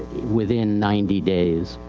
within ninety days.